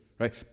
right